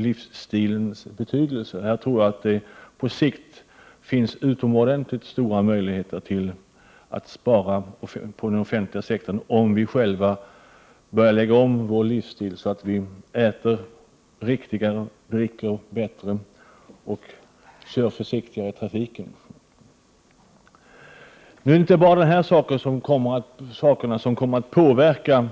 1988/89:129 tror att det på sikt finns utomordentligt stora möjligheter att spara pengar 6 juni 1989 inom den offentliga sektorn, om vi själva börjar lägga om vår livsstil på ett sådant sätt att vi äter riktigare, dricker bättre och kör försiktigare i trafiken. Det är inte bara de här sakerna som kommer att påverka